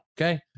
Okay